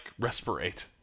respirate